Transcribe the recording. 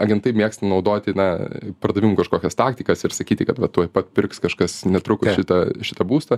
agentai mėgsta naudoti na pardavimų kažkokias taktikas ir sakyti kad va tuoj papirks kažkas netrukus šitą šitą būstą